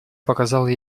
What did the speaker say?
показала